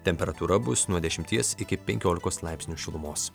temperatūra bus nuo dešimties iki penkiolikos laipsnių šilumos